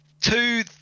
Two